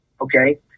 Okay